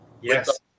Yes